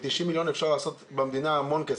ב-90 מיליון אפשר לעשות במדינה המון,